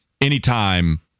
anytime